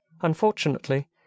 Unfortunately